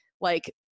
like-